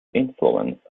influence